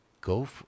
go